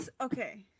okay